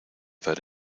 dar